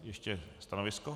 Ještě stanovisko.